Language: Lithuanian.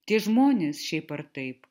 tie žmonės šiaip ar taip